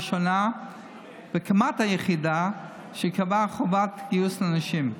הראשונה וכמעט היחידה שקבעה חובת גיוס לנשים.